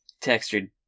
textured